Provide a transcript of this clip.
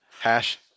Hash